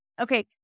Okay